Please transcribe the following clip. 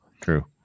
true